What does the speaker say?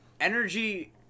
energy